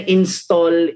install